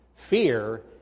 Fear